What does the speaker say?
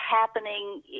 happening